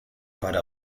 para